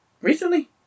recently